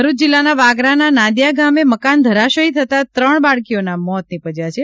ભરૂચ જિલ્લાના વાગરાના નાંદિયા ગામે મકાન ધરાશયી થતાં ત્રણ બાળકીના મોત નિપજ્યા છે